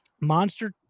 monster